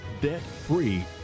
debt-free